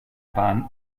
bahn